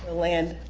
ah land,